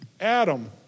Adam